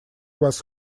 was